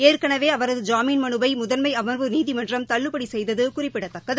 ஏற்கனவே அவரது ஜாமீன் மனுவை முதன்மை அம்வு நீதிமன்றம் தள்ளுபடி செய்தது குறிப்பிடத்தக்கது